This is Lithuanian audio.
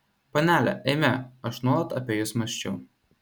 panele eime aš nuolat apie jus mąsčiau